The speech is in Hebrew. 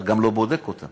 אתה גם לא בודק אותן